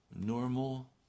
Normal